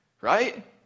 Right